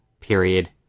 period